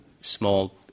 Small